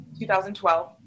2012